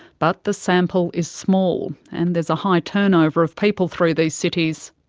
but the sample is small, and there's a high turnover of people through these cities.